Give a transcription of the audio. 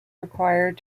required